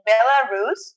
Belarus